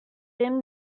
him